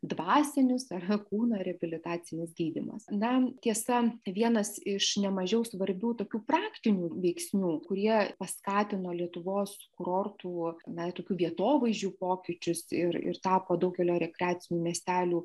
dvasinis arba kūno reabilitacinis gydymas na tiesa vienas iš nemažiau svarbių tokių praktinių veiksnių kurie paskatino lietuvos kurortų na tokių vietovaizdžių pokyčius ir ir tapo daugelio rekreacinių miestelių